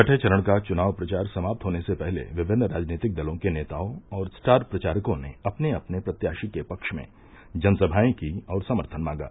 छठें चरण का चुनाव प्रचार समाप्त होने से पहले विभिन्न राजनीतिक दलों के नेताओं और स्टार प्रचारकों ने अपने अपने प्रत्याशी के पक्ष में जनसमाये की और समर्थन मांगा